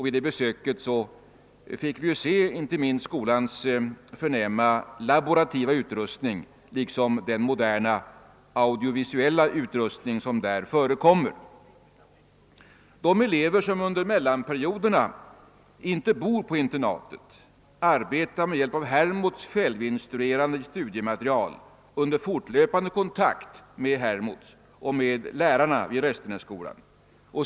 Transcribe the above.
Vid detta besök fick vi se inte minst skolans laborativa utrustning liksom den moderna audiovisuella utrustning som den har. De elever som under mellanperioderna inte bor på internatet arbetar med hjälp av Hermods självinstruerande studiematerial under fortlöpande kontakt med Hermods och med lärarna vid Restenässkolan.